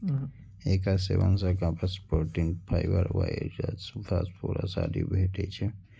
एकर सेवन सं carbs, protein, fibre, iron, phosphorus आदि भेटै छै